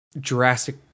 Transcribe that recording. Jurassic